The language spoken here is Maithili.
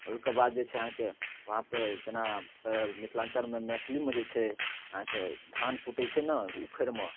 ओहिके बाद जे छै अहाँके वहाँपर जेना मिथिलाञ्चलमे मैथिलीमे जे छै अहाँके धान कूटै छै ने उखरिमे